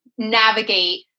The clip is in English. navigate